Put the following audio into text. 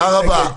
תודה רבה.